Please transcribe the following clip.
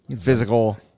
Physical